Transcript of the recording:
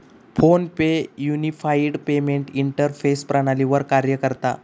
phone पे unified payment interface प्रणालीवर कार्य करता